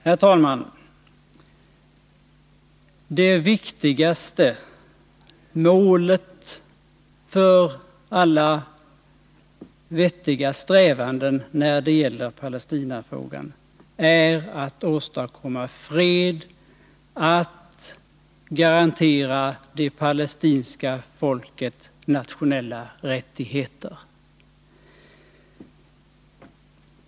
Herr talman! Det viktigaste målet för alla vettiga strävanden när det gäller Palestinafrågan är att åstadkomma fred, att garantera det palestinska folkets nationella rättigheter.